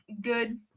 good